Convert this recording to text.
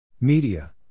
Media